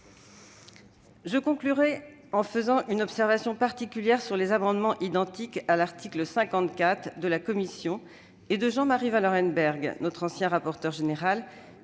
Je conclurai en faisant une observation particulière sur les amendements identiques, à l'article 54, émanant de la commission et de Jean-Marie Vanlerenberghe, ancien rapporteur général